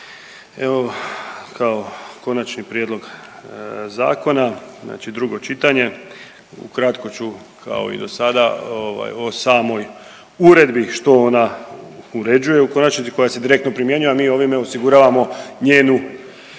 Evo kao konačni prijedlog zakona znači drugo čitanje ukratko ću kao i dosada ovaj o samoj uredbi što ona uređuje, u konačnici koja se direktno primjenjuje, a mi ovime osiguravamo njenu